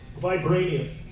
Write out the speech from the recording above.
vibranium